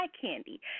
candy